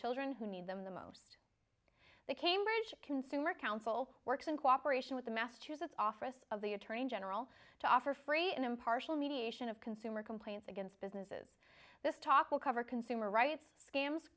children who need them the most the cambridge consumer council works in cooperation with the massachusetts office of the attorney general to offer free and impartial mediation of consumer complaints against businesses this talk will cover consumer rights scams